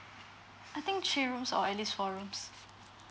I think threes rooms or at least four rooms